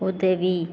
உதவி